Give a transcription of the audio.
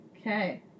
okay